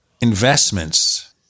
investments